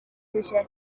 kwishyura